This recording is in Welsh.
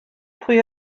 pwy